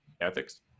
ethics